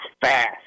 fast